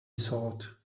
thought